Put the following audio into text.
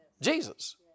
Jesus